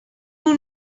who